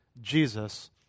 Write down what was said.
Jesus